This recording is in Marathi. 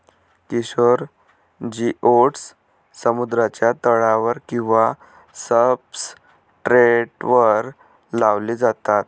किशोर जिओड्स समुद्राच्या तळावर किंवा सब्सट्रेटवर लावले जातात